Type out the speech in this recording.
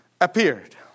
appeared